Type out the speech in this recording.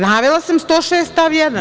Navela sam, 106. stav 1.